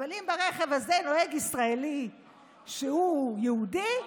אבל אם ברכב הזה נוהג ישראלי שהוא יהודי,